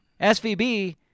SVB